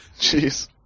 Jeez